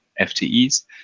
FTEs